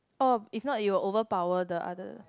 oh if not you will overpower the other